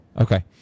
okay